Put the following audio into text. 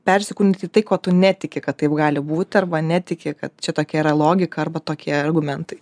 persikūnyt į tai ko tu netiki kad taip gali būt arba netiki kad čia tokia yra logika arba tokie argumentai